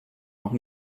noch